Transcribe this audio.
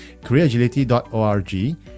careeragility.org